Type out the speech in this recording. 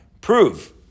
prove